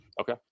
Okay